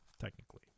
technically